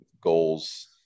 goals